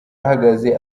ahagaze